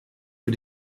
für